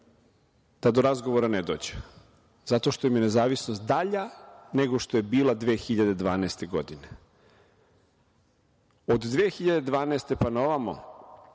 da do razgovora ne dođe zato što im je nezavisnost dalja nego što im je bila 2012. godine. Od 2012. godine,